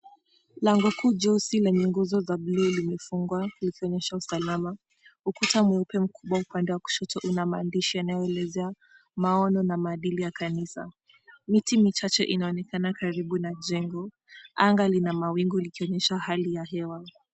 Lango kuu jeusi lenye nguzo za buluu limefungwa likionyesha usalama. Ukuta mweupe mkubwa upande wa kushoto ina maandishi yanayoelezea maono na maadili ya kanisa. Miti michache inaonekana karibu na jengo. Anga lina mawingu likionyesha hali ya hewa.